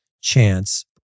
chance